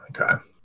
okay